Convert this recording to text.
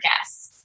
guests